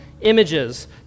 images